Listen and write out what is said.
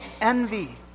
envy